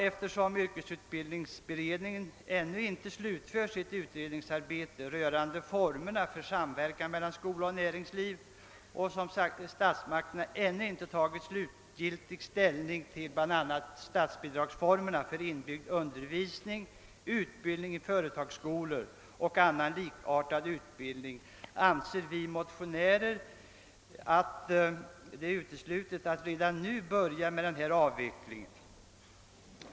Eftersom yrkesutbildningsberedningen ännu inte slutfört sitt arbete om formerna för samverkan mellan skola och näringsliv och statsmakterna som sagt ännu inte slutgiltigt tagit ställning till bl.a. statsbidragsformerna för inbyggd undervisning, utbildning i företagsskolor och annan likartad utbildning, så anser vi motionärer det uteslutet att redan nu påbörja denna avveckling.